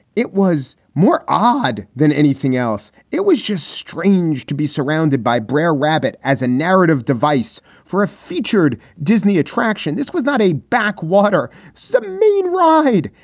it was more odd than anything else. it was just strange to be surrounded by brer rabbit as a narrative device for a featured disney attraction. this was not a back water submarine ride.